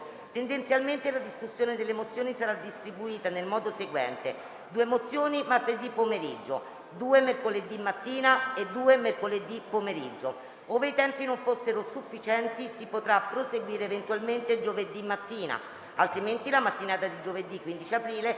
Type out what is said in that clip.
Tendenzialmente la discussione delle mozioni sarà distribuita nel modo seguente: due mozioni martedì pomeriggio; due mercoledì mattina e due mercoledì pomeriggio. Ove i tempi non fossero sufficienti, si potrà proseguire eventualmente giovedì mattina. Altrimenti, la mattinata di giovedì 15 aprile